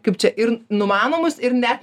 kaip čia ir numanomus ir net